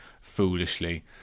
foolishly